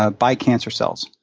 ah by cancer cells.